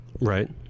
Right